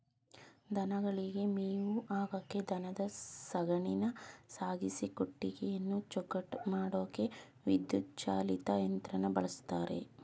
ದನಗಳಿಗೆ ಮೇವು ಹಾಕಕೆ ದನದ ಸಗಣಿನ ಸಾಗಿಸಿ ಕೊಟ್ಟಿಗೆನ ಚೊಕ್ಕಟ ಮಾಡಕೆ ವಿದ್ಯುತ್ ಚಾಲಿತ ಯಂತ್ರನ ಬಳುಸ್ತರೆ